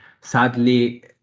sadly